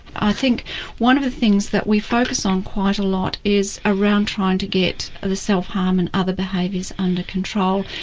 i think one of the things that we focus on quite a lot is around trying to get the self harm and other behaviours under control.